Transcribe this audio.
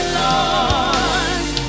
lost